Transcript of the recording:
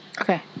Okay